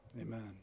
Amen